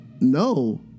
No